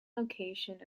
location